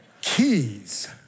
keys